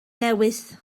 newydd